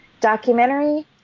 documentary